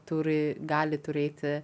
turi gali turėti